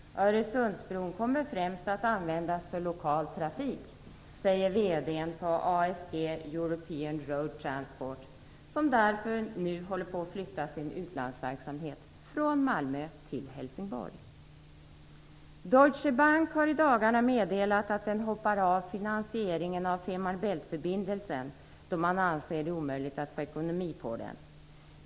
Öresundsbron kommer främst att användas för lokal trafik, säger VD-n för ASG European Road Transport som därför nu håller på att flytta sin utlandsverksamhet från Malmö till Helsingborg. Deutsche Bank har i dagarna meddelat att man hoppar av finansieringen av Fehmarn Bältförbindelsen, då man anser det omöjligt att få ekonomi i den.